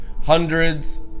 hundreds